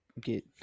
get